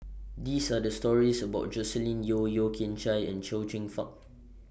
These Are The stories about Joscelin Yeo Yeo Kian Chai and Chia Fah